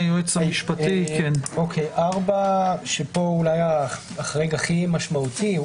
פה הוא אולי החריג הכי משמעותי.